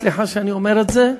סליחה שאני אומר את זה,